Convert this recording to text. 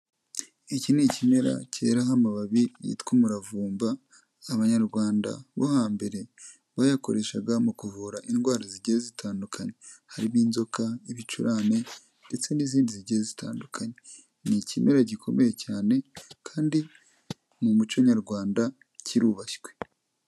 Iki ni ikimera cyeraho amababi yitwa umuravumba, abanyarwanda bo hambere bayakoreshaga mu kuvura indwara zigiye zitandukanye. Harimo inzoka, ibicurane ndetse n'izindi zigiye zitandukanye. Ni ikimera gikomeye cyane kandi mu muco Nyarwanda kirubashywe.